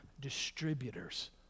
distributors